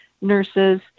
nurses